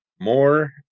more